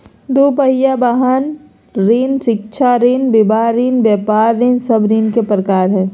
दू पहिया वाहन ऋण, शिक्षा ऋण, विवाह ऋण, व्यापार ऋण सब ऋण के प्रकार हइ